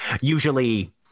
usually